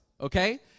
Okay